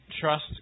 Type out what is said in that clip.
trust